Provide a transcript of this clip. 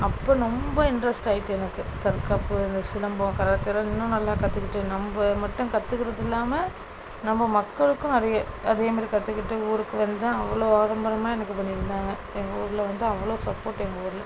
அப்போ ரொம்ப இன்ட்ரெஸ்ட் ஆயிட்டு எனக்கு தற்காப்பு இந்த சிலம்பம் கராத்தே எல்லாம் இன்னும் நல்லா கற்றுக்கிட்டு நம்ப மட்டும் கற்றுக்கிறது இல்லாமல் நம்ப மக்களுக்கும் நிறைய அதேமாதிரி கற்றுக்கிட்டு ஊருக்கு வந்தேன் அவ்வளோ ஆடம்பரமாக எனக்கு பண்ணி இருந்தாங்க எங்கள் ஊரில் வந்து அவ்வளோ சப்போட்டு எங்கள் ஊரில்